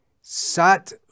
Sat